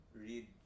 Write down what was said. read